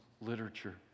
literature